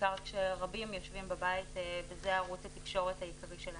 בעיקר כשרבים יושבים בבית וזה ערוץ התקשורת העיקרי שלהם.